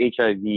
HIV